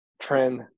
trend